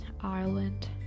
Ireland